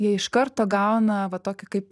jie iš karto gauna va tokį kaip